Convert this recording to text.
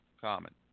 common